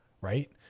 right